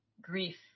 grief